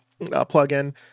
plugin